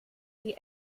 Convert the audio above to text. die